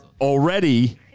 already